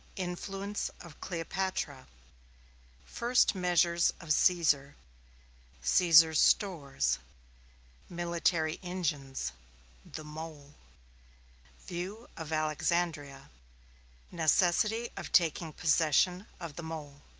influence of cleopatra first measures of caesar caesar's stores military engines the mole view of alexandria necessity of taking possession of the mole